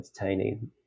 entertaining